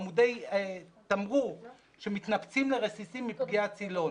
עמודי תמרור שמתנפצים לרסיסים מפגיעת סילון.